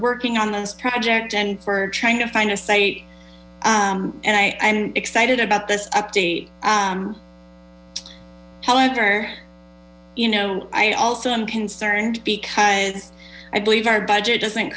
working on this project and for trying to find a site and i'm excited about this update however you know i also am concerned because i believe our budget doesn't